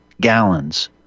gallons